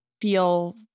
feel